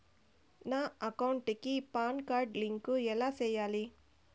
నా అకౌంట్ కి PAN card link ఎలా సేయాలి